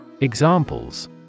Examples